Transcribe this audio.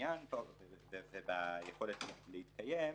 בקניין וביכולת להתקיים.